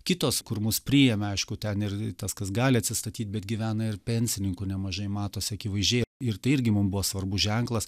kitos kur mus priėmė aišku ten ir tas kas gali atsistatyt bet gyvena ir pensininkų nemažai matosi akivaizdžiai ir tai irgi mum buvo svarbus ženklas